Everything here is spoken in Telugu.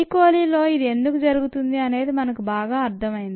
కోలిలో ఇది ఎందుకు జరుగుతుంది అనేది మనకు బాగా అర్థమైంది